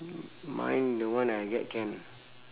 mine the one I get can